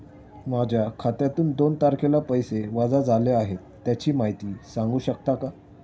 माझ्या खात्यातून दोन तारखेला पैसे वजा झाले आहेत त्याची माहिती सांगू शकता का?